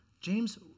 James